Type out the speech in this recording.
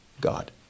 God